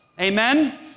amen